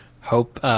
Hope –